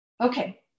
Okay